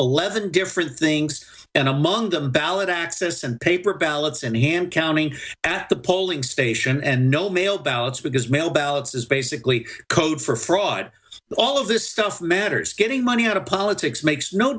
eleven different things and among them ballot access and paper ballots and hand counting at the polling station and no mail ballots because mail ballots is basically code for fraud all of this stuff matters getting money out of politics makes no